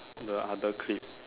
the other clip